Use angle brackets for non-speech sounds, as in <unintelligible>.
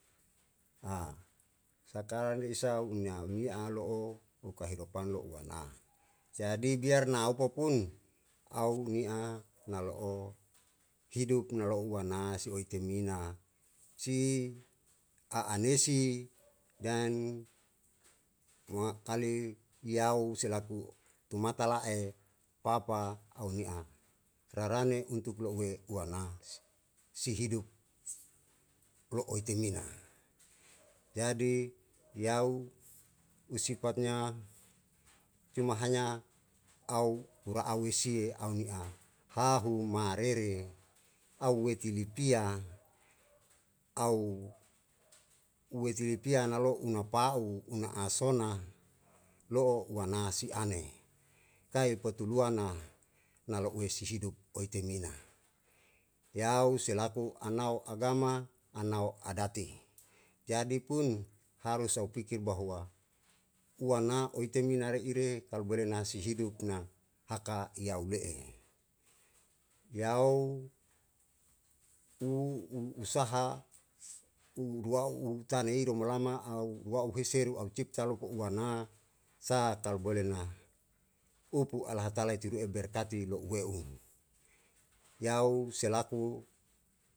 <hesitation> sakarang ye isau umi ha umi'a lo'o uka he kapan lou u ana, jadi biar na au popun au ni'a na lo'o hidup na lo'o u ana si oitimi na si a'anesi deng ma'kale yau selaku tumata la'e papa au hi'a, rarane untuk lo'ue u ana si si hidup lo'oe timina, jadi yau u sipatnya cuma hanya au ura'a wesi ye au <unintelligible> hahu marere au weti lipia au weti lipia na lo'u na pau una a sona lo'o uana si ane tae potu lua na na lo'ue si hidup oe timina, yau selaku anao agama anao adati, jadipun harus au pikir bahwa uana oi temina re ire kalo bole na si hidup na haka yau le'e, yau u u usaha u uruau u taneiru mlama au uwa'u heseru au cipta loko uana sa'a tal boleh na upu ala hatala i tiru'e berkati lo'ue u, yau selaku.